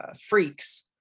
Freaks